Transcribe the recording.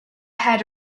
had